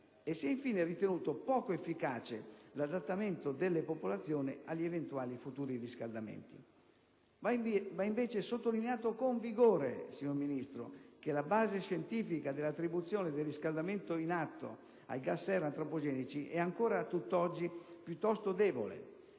e si è infine ritenuto poco efficace l'adattamento delle popolazioni agli eventuali futuri riscaldamenti. Va invece sottolineato con vigore, signor Ministro, che la base scientifica dell'attribuzione del riscaldamento in atto ai gas serra antropogenici è ancora a tutt'oggi piuttosto debole,